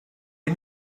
you